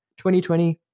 2020